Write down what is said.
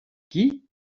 qui